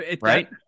Right